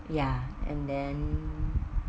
ya and then